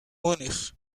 munich